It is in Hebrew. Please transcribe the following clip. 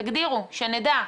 תגדירו, שנדע.